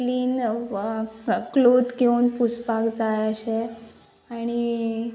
clean cloth घेवन पुसपाक जाय अशें आनी